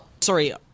Sorry